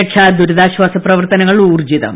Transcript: രക്ഷാ ദുരിതാശ്വാസ പ്രവർത്തനങ്ങൾ ഊർജ്ജിതം